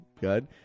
Good